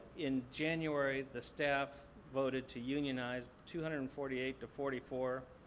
in january, the staff voted to unionize, two hundred and forty eight to forty four.